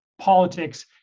politics